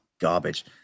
garbage